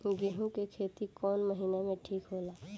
गेहूं के खेती कौन महीना में ठीक होला?